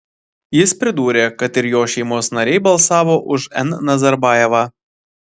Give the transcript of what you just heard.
jis pridūrė kad ir jo šeimos nariai balsavo už n nazarbajevą